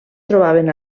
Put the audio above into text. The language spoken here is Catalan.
trobaven